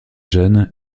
jeune